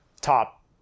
top